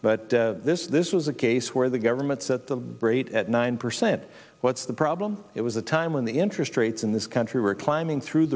but this this was a case where the government set the rate at nine percent what's the problem it was a time when the interest rates in this country were climbing through the